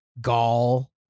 gall